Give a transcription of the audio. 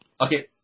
Okay